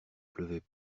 pleuvait